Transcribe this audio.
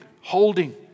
holding